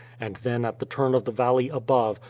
and then at the turn of the valley above,